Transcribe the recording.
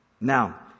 Now